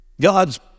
God's